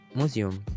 museum